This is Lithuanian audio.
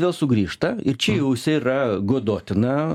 vėl sugrįžta ir čia jau jisai yra godotina